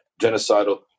genocidal